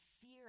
fear